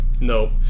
No